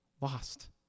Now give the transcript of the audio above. lost